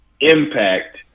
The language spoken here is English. impact